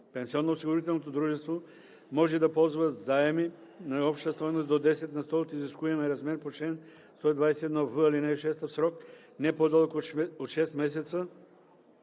Пенсионноосигурителното дружество може да ползва заеми на обща стойност до 10 на сто от изискуемия размер по чл. 121в, ал. 6 за срок не по-дълъг от 6 месеца